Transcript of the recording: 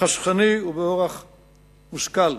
חסכני ובאורח מושכל.